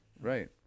Right